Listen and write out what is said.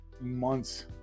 months